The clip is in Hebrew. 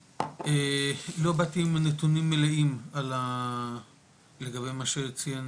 לא באתי עם נתונים מלאים לגבי מה שציין